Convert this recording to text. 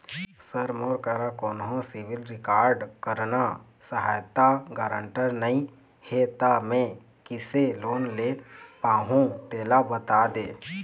sir मोर करा कोन्हो सिविल रिकॉर्ड करना सहायता गारंटर नई हे ता मे किसे लोन ले पाहुं तेला बता दे